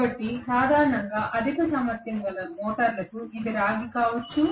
కాబట్టి సాధారణంగా అధిక సామర్థ్యం గల మోటారులకు ఇది రాగి కావచ్చు